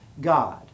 God